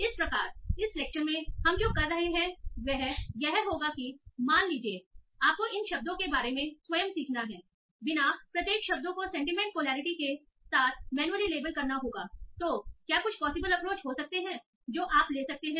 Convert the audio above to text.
इस प्रकार इस लेक्चर में हम जो कर रहे हैं वह यह होगा कि मान लीजिए कि आपको इन शब्दों के बारे में स्वयं सीखना है बिना प्रत्येक शब्द को सेंटीमेंट पोलैरिटी के साथ मैनुअली लेबल करना होगा तो क्या कुछ पॉसिबल अप्रोच हो सकते हैं जो आप ले सकते हैं